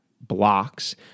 blocks